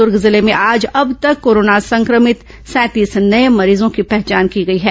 दुर्ग जिले में आज अब तक कोरोना संक्रमित सैंतीस नये मरीजों की पहचान की गई है